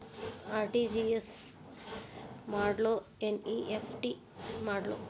RTGS ಮಾಡ್ಲೊ NEFT ಮಾಡ್ಲೊ?